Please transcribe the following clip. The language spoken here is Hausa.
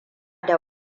da